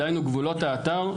דהיינו גבולות האתר,